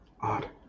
odd